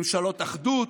ממשלות אחדות.